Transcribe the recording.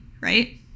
right